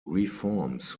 reforms